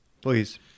Please